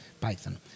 Python